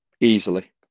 easily